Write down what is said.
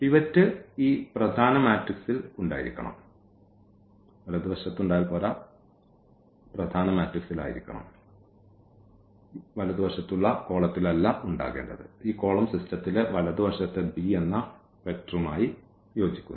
pivot ഈ പ്രധാന മാട്രിക്സിൽ ഉണ്ടായിരിക്കണം ഈ വലതുവശത്തുള്ള കോളത്തിൽ അല്ല ഉണ്ടാകേണ്ടത് ഈ കോളം സിസ്റ്റത്തിലെ വലതുവശത്തെ b എന്ന വെക്റ്ററുമായി യോജിക്കുന്നു